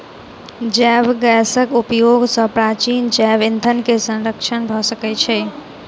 जैव गैसक उपयोग सॅ प्राचीन जैव ईंधन के संरक्षण भ सकै छै